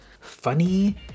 funny